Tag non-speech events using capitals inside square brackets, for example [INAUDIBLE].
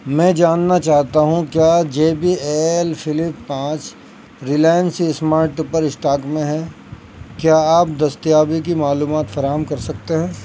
میں جاننا چاہتا ہوں کیا جے بی ایل فلپ پانچ ریلائنس اسمارٹ [UNINTELLIGIBLE] اسٹاک میں ہے کیا آپ دستیابی کی معلومات فراہم کر سکتے ہیں